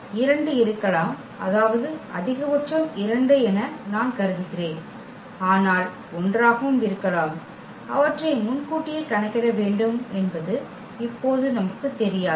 2 இருக்கலாம் அதாவது அதிகபட்சம் 2 என்று நான் கருதுகிறேன் ஆனால் 1 ஆகவும் இருக்கலாம் அவற்றை முன்கூட்டியே கணக்கிட வேண்டும் என்பது இப்போது நமக்குத் தெரியாது